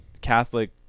Catholic